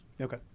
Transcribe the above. Okay